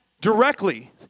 directly